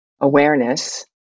awareness